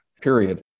period